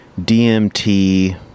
DMT